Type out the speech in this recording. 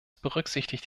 berücksichtigt